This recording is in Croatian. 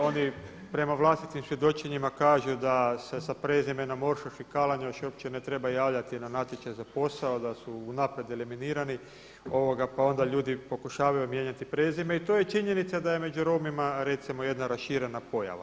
Oni prema vlastitim svjedočenjima kažu da se sa prezimenom Ošoš i Kalanjoš uopće ne treba javljati na natječaj za posao, da su unaprijed eliminirani pa onda ljudi pokušavaju mijenjati prezime i to je činjenica da je među Romima recimo jedna raširena pojava.